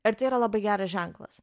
ar tai yra labai geras ženklas